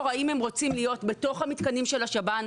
האם הם רוצים להיות בתוך המתקנים של השב"ן,